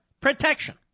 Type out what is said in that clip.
protection